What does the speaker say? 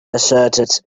asserted